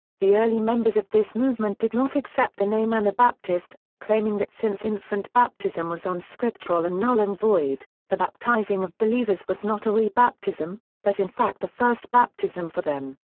the early members of this movement did not accept the name anabaptist, claiming that since infant baptism was unscriptural and null and void, the baptizing of believers was not a re-baptism but in fact the first baptism for them.